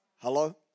Hello